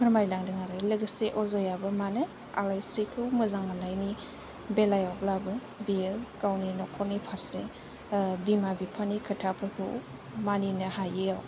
फोरमायलांदों आरो लोगोसे अजयआबो मानो आलायस्रिखौ मोजां मोननायनि बेलायावब्लाबो बियो गावनि नखरनि फारसे बिमा बिफानि खोथाफोरखौ मानिनो हायैयाव